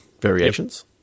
variations